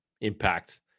impact